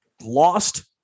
Lost